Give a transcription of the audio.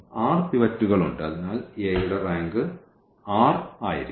r പിവറ്റുകൾ ഉണ്ട് അതിനാൽ A യുടെ റാങ്ക് r ആയിരിക്കും